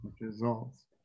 Results